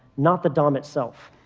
not the dom itself.